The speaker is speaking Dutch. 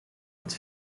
het